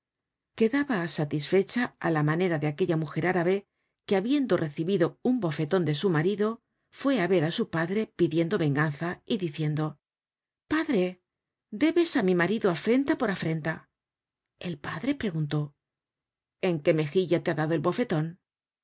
quedaba satisfecha á la manera de aquella mujer árabe que habiendo recibido un bofeton de su marido fué á ver á su padre pidiendo venganza y diciendo padre debes á mi marido afrenta por afrenta el padre preguntó en qué mejilla te ha dado el bofeton